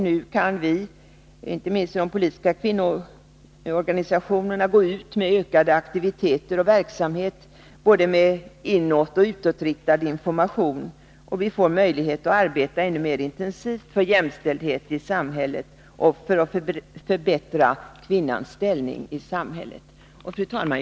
Nu kan vi — inte minst i de politiska kvinnoorganisationerna — gå ut med ökade aktiviteter och ökad verksamhet, med både inåtoch utåtriktad information. Vi får möjlighet att arbeta ännu mer intensivt för jämställdhet i samhället och för att förbättra kvinnans ställning i samhället. Fru talman!